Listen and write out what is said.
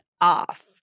off